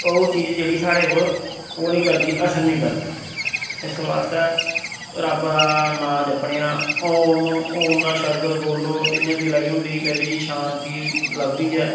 ओह् चीज जेह्ड़ी स्हाड़े पर ओह् नी करदी असर नी करदी इस वास्तै रब्ब दा नां जपने आं ओम ओम दा शब्द बोल्लो ते इयां दिला गी होंदी बड़ी शांति लभदी ऐ